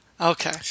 Okay